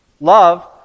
Love